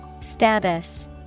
Status